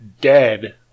dead